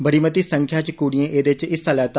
बड़ी मती संख्या च कुड़िए एह्दे च हिस्सा लैता